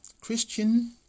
Christian